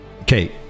okay